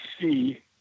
see